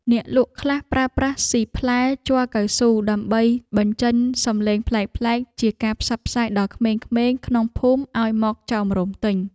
អ្នកលក់ខ្លះប្រើប្រាស់ស៊ីផ្លែជ័រកៅស៊ូ ដើម្បីបញ្ចេញសំឡេងប្លែកៗជាការផ្សព្វផ្សាយដល់ក្មេងៗក្នុងភូមិឱ្យមកចោមរោមទិញ។